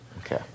Okay